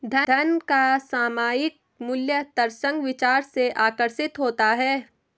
धन का सामयिक मूल्य तर्कसंग विचार से आकर्षित होता है